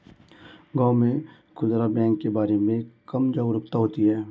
गांव में खूदरा बैंक के बारे में कम जागरूकता होती है